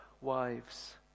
wives